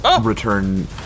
return